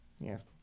yes